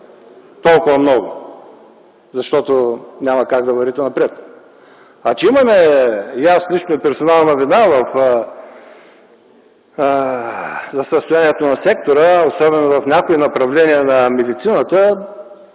толкова много назад! Защото няма как да вървите напред. А, че имаме, и аз лично, и персонална вина за състоянието на сектора, особено в някои направления на медицината,